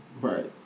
right